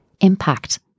impact